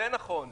זה נכון.